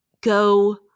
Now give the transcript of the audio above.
go